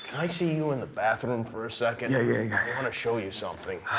i see you in the bathroom for a second? yeah. yeah i want to show you something.